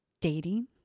dating